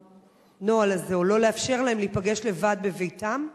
לנוהל הזה, או לא לאפשר להם להיפגש לבד בביתם.